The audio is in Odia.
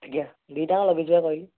ଆଜ୍ଞା ଦୁଇଟା ଯାକ ଲଗାଇଛୁ ବା କହିଲି